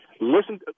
listen